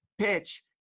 PITCH